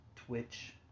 Twitch